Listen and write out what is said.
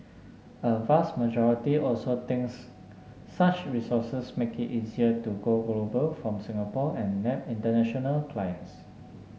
a vast majority also thinks such resources make it easier to go global from Singapore and nab international clients